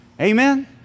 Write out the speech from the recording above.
Amen